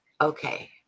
okay